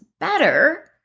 better